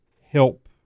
help